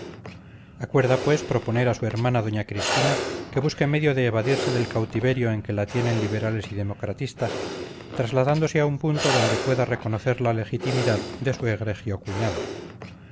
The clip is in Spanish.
acuerda pues proponer a su hermana doña cristina que busque medio de evadirse del cautiverio en que la tienen liberales y democratistas trasladándose a un punto donde pueda reconocer la legitimidad de su egregio cuñado